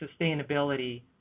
sustainability